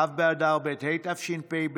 ו' באדר ב' התשפ"ב,